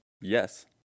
Yes